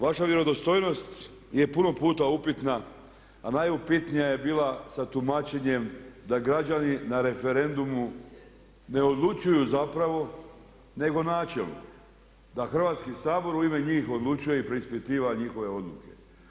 Vaša vjerodostojnost je puno puta upitna a najupitnija je bila sa tumačenjem da građani na referendumu ne odlučuju zapravo nego načelnik, da Hrvatski sabor u ime njih odlučuje i preispitiva njihove odluke.